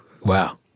Wow